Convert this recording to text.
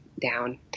down